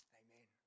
amen